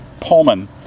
pullman